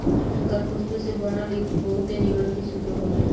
एकर खुशबू से बनल इत्र बहुते निमन किस्म के होला